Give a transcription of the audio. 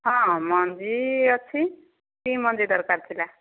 ହଁ ମଞ୍ଜି ଅଛି କି ମଞ୍ଜି ଦରକାର ଥିଲା